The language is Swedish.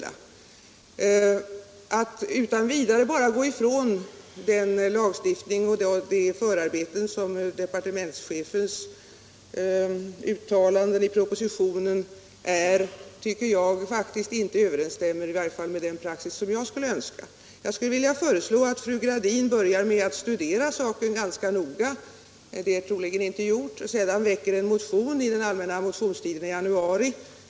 Att utan vidare gå ifrån den lagstiftning och de förarbeten som låg till grund för departementschefens uttalanden i propositionen överensstämmer inte med den praxis som jag tycker är önskvärd. Jag skulle vilja föreslå att fru Gradin börjar med att studera denna fråga ganska noggrant — det har hon troligen inte gjort — och därefter väcker en motion under den allmänna motionstiden i januari.